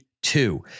Two